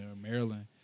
Maryland